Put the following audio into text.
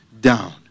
down